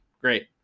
Great